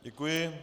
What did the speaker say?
Děkuji.